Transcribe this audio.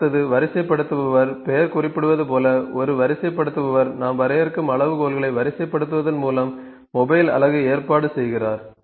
அடுத்தது வரிசைப்படுத்துபவர் பெயர் குறிப்பிடுவது போல ஒரு வரிசைப்படுத்துபவர் நாம் வரையறுக்கும் அளவுகோல்களை வரிசைப்படுத்துவதன் மூலம் மொபைல் அலகு ஏற்பாடு செய்கிறார்